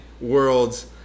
world's